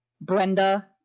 Brenda